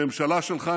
הממשלה שלך,